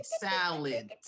salad